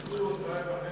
מה עם השיכון?